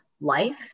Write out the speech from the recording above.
life